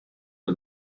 for